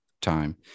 time